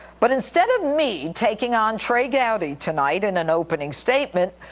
but instead of me taking on trey gowdy tonight in an opening statement,